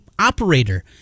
operator